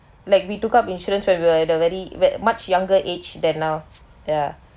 like we took up insurance when we are at the very where much younger age than now ya